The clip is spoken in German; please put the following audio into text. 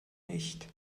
nicht